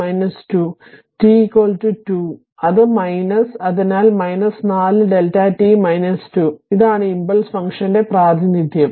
അതിനാൽ t 2 അത് അതിനാൽ 4 Δ t 2 ഇതാണ് ഇംപൾസ് ഫംഗ്ഷന്റെ പ്രാതിനിധ്യം